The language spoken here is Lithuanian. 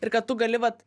ir kad tu gali vat